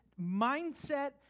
mindset